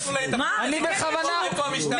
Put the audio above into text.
זה לא קשור להתאחדות, איפה המשטרה?